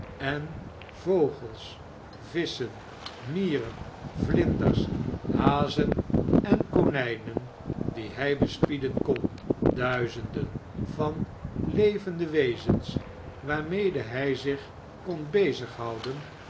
en vogels visschen mieren vlinders hazen en tionijnen die hij bespieden kon duizenden van levende wezens waarmede hij zich kon